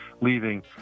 leaving